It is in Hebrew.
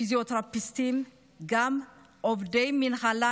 פיזיותרפיסטים וגם עובדי מינהלה,